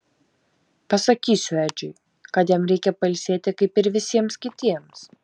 pasakysiu edžiui kad jam reikia pailsėti kaip ir visiems kitiems